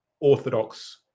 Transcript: orthodox